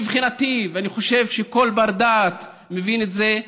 מבחינתי, ואני חושב שגם כל בר-דעת מבין את זה,